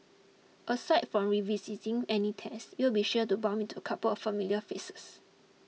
aside from revising any tests you'll be sure to bump into a couple of familiar faces